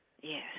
Yes